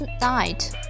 night